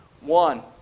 One